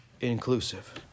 Inclusive